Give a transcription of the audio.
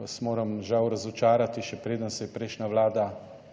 vas moram žal razočarati, še preden se je prejšnja Vlada formirala,